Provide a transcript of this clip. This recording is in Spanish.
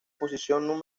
posición